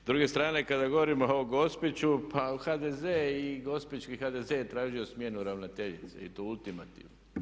S druge strane kada govorimo o Gospiću pa HDZ i gospićki HDZ je tražio smjenu ravnateljice i to ultimativnu.